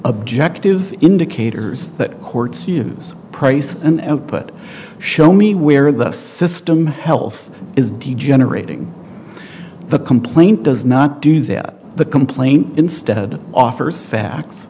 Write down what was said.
objective indicators that courts use price and output show me where the system health is degenerating the complaint does not do that the complaint instead offers facts